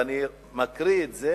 ואני מקריא את זה